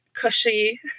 cushy